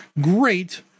great